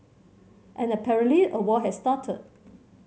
and apparently a war has started